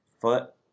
Foot